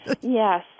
Yes